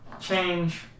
Change